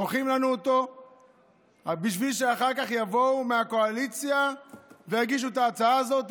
דוחים לנו אותו בשביל שאחר כך יבואו מהקואליציה ויגישו את ההצעה הזו.